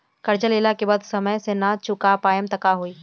कर्जा लेला के बाद समय से ना चुका पाएम त का होई?